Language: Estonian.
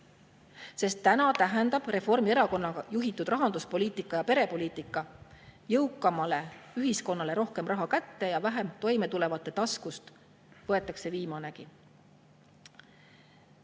sest täna tähendab Reformierakonna juhitud rahanduspoliitika ja perepoliitika jõukamale ühiskonnale rohkem raha kätte ja vähem toime tulevate taskust võetakse viimanegi.